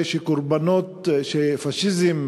זה שפאשיזם